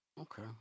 Okay